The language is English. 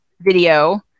video